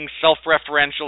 self-referential